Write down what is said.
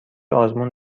آزمون